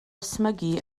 ysmygu